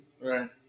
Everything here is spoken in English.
Right